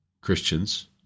Christians